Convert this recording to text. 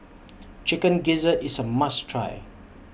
Chicken Gizzard IS A must Try